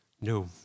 no